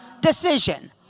decision